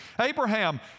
Abraham